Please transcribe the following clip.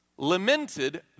lamented